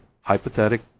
hypothetic